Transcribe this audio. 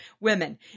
women